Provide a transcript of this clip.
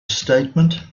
statement